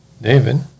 David